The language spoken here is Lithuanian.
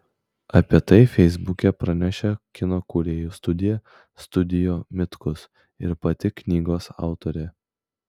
apie tai feisbuke pranešė kino kūrėjų studija studio mitkus ir pati knygos autorė